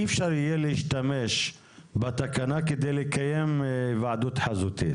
אי אפשר יהיה להשתמש בתקנה כדי לקיים היוועדות חזותית.